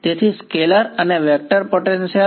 તેથી સ્કેલર અને vector potential